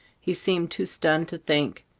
he seemed too stunned to think.